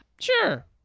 Sure